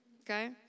Okay